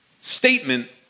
statement